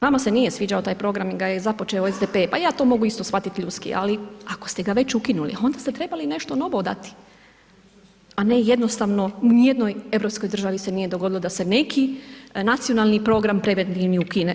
Vama se nije sviđao taj program jer ga je započeo SDP, pa ja to mogu isto shvatiti ljudski ali ako ste ga već ukinuli onda ste trebali i nešto novo dati a ne jednostavno u ni jednoj europskoj državi se nije dogodilo da se neki nacionalni program ukine.